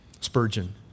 Spurgeon